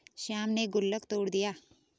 श्याम ने गुल्लक तोड़ दिया